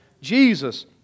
Jesus